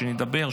כשנדבר,